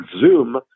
Zoom